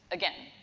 again,